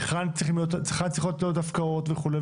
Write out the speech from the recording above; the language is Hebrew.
היכן צריכות להיות הפקעות וכו',